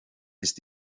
ist